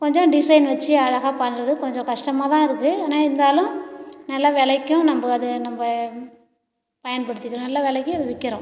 கொஞ்சம் டிசைன் வச்சு அழகாக பண்ணுறது கொஞ்சம் கஷ்டமாக தான் இருக்கு ஆனால் இருந்தாலும் நல்ல விலைக்கும் நம்ப அதை நம்ப பயன்படுத்திக்கு நல்ல விலைக்கு அதை விற்கிறோம்